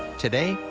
today,